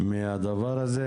מהדבר הזה